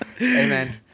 Amen